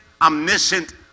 omniscient